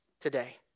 today